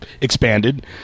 expanded